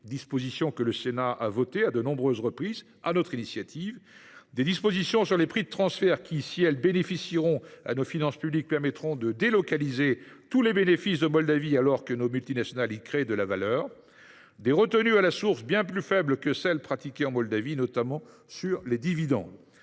disposition que le Sénat a votée à de nombreuses reprises, sur notre initiative ; des dispositions sur les prix de transfert qui profiteront certes à nos finances publiques, mais permettront de délocaliser tous les bénéfices de Moldavie alors que nos multinationales y créent de la valeur ; des retenues à la source bien plus faibles que celles qui sont pratiquées en Moldavie, notamment sur les dividendes.